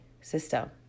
system